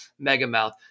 megamouth